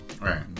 Right